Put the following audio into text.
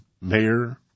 mayor